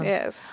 Yes